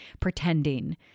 pretending